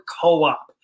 co-op